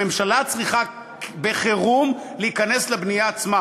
הממשלה צריכה בעת חירום להיכנס לבנייה עצמה.